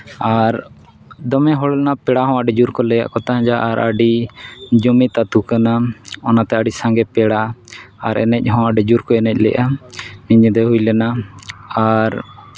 ᱟᱨ ᱫᱚᱢᱮ ᱦᱚᱲ ᱱᱟ ᱯᱮᱲᱟ ᱦᱚᱸ ᱟᱹᱰᱤ ᱡᱳᱨ ᱠᱚ ᱞᱟᱹᱭᱟᱫ ᱠᱚ ᱛᱟᱦᱮᱱᱟ ᱟᱨ ᱟᱹᱰᱤ ᱡᱩᱢᱤᱫ ᱟᱹᱛᱩ ᱠᱟᱱᱟ ᱚᱱᱟᱛᱮ ᱟᱹᱰᱤ ᱥᱟᱸᱜᱮ ᱯᱮᱲᱟ ᱟᱨ ᱮᱱᱮᱡ ᱦᱚᱸ ᱟᱹᱰᱤ ᱡᱳᱨ ᱠᱚ ᱮᱱᱮᱡ ᱞᱮᱫᱼᱟ ᱧᱤᱫᱟᱹ ᱦᱩᱭ ᱞᱮᱱᱟ ᱟᱨ